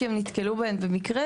כי הן נתקלו בהן במקרה.